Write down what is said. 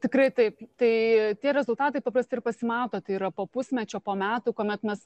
tikrai taip tai tie rezultatai paprastai ir pasimato tai yra po pusmečio po metų kuomet mes